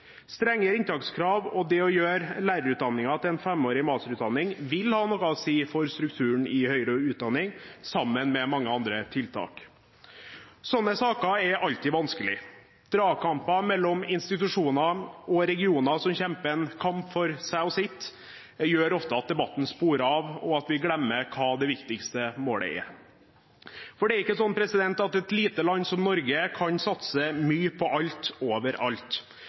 Strenge inntakskrav og det å gjøre lærerutdanningen til en femårig masterutdanning vil ha noe å si for strukturen i høyere utdanning sammen med mange andre tiltak. Slike saker er alltid vanskelige. Dragkamper mellom institusjoner og regioner som kjemper en kamp for seg og sitt, gjør ofte at debatten sporer av og at vi glemmer hva det viktigste målet er. Det er ikke sånn at et lite land som Norge kan satse mye på alt